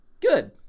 good